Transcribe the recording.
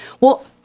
Well-